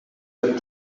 деп